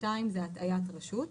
וסעיף (2) הוא הטעיית רשות.